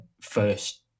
first